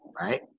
right